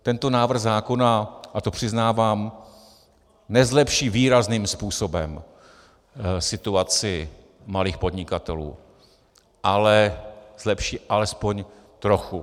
Tento návrh zákona, a to přiznávám, nezlepší výrazným způsobem situaci malých podnikatelů, ale zlepší alespoň trochu.